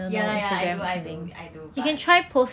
ya lah ya lah I do I do I do but